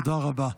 תודה.